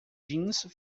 jeans